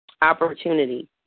Opportunity